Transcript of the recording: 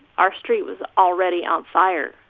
our street was already on fire.